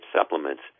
supplements